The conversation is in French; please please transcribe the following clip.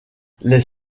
les